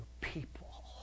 people